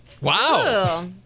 Wow